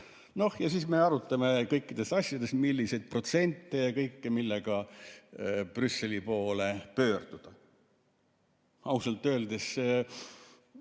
Noh, ja siis me arutame kõikide asjade puhul protsente ja kõike, millega Brüsseli poole pöörduda. Ausalt öeldes